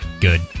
Good